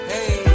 Hey